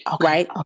Right